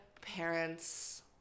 parents